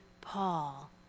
Paul